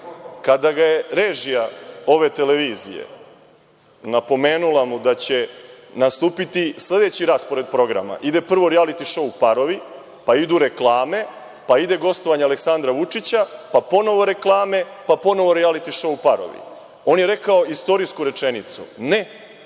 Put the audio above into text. kada mu je režija ove televizije napomenula da će nastupiti sledeći raspored programa: ide prvo rijaliti šou „Parovi“, pa idu reklame, pa ide gostovanje Aleksandra Vučića, pa ponovo reklame, pa ponovo rijaliti šou „Parovi“, on je rekao istorijsku rečenicu - Ne, nego